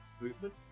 movement